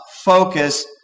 focus